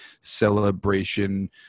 celebration